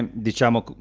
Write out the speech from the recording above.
and the channel,